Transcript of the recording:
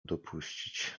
dopuścić